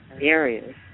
areas